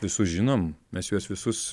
visus žinom mes juos visus